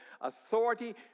authority